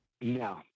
No